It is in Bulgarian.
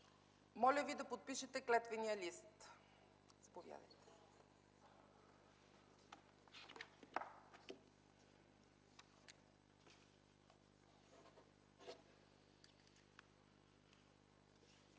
Моля Ви да подпишете клетвения лист.